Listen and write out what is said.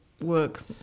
work